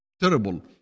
terrible